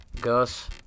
Gus